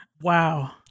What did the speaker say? Wow